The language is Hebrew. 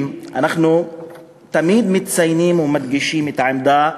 אנחנו תמיד מציינים ומדגישים את העמדה,